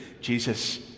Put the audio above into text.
Jesus